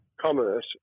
commerce